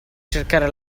cercare